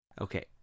Okay